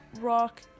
rock